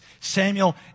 Samuel